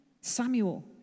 Samuel